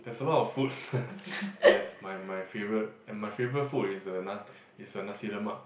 there's a lot of food yes my my favourite and my favourite food is a na~ is uh Nasi-Lemak